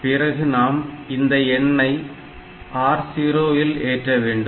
பிறகு நாம் இந்த எண் ஐ R0 இல் ஏற்ற வேண்டும்